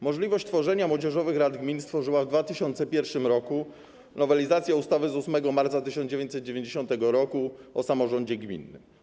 Możliwość tworzenia młodzieżowych rad gmin stworzyła w 2001 r. nowelizacja ustawy z 8 marca 1990 r. o samorządzie gminnym.